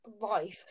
life